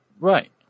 Right